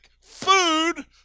food